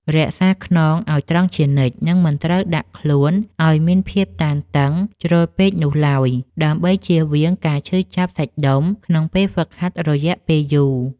រក្សាខ្នងឱ្យត្រង់ជានិច្ច និងមិនត្រូវដាក់ខ្លួនឱ្យមានភាពតឹងតែងជ្រុលពេកនោះឡើយដើម្បីចៀសវាងការឈឺចាប់សាច់ដុំក្នុងពេលហ្វឹកហាត់រយៈពេលយូរ។